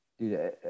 dude